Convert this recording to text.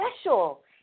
special